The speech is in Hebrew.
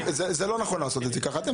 לא, זה לא נכון לעשות את זה ככה.